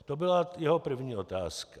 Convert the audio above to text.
To byla jeho první otázka.